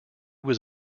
was